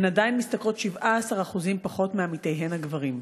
נשים עדיין משתכרות ב-17% פחות מעמיתיהן הגברים,